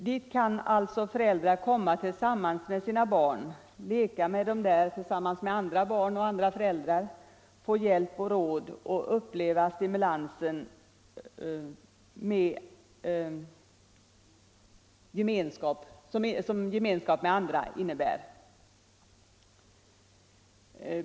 Dit kan alltså föräldrar komma med sina barn, leka med dem där tillsammans med andra barn och föräldrar, få råd och hjälp och uppleva den stimulans som gemenskapen med andra innebär.